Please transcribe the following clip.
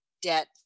debt